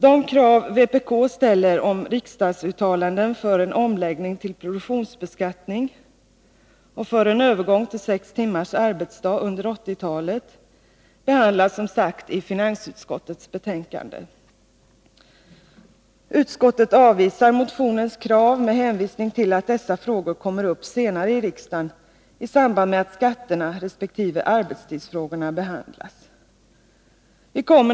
De krav vpk ställer om riksdagsuttalanden för en omläggning till produktionsbeskattning och för en övergång till sex timmars arbetsdag under 1980-talet behandlas som sagt i finansutskottets betänkande nr 34. Utskottet avvisar motionens krav med hänvisning till att dessa frågor kommer upp senare i riksdagen i samband med att skatterna resp. arbetstidsfrågorna behandlas.